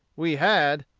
we had,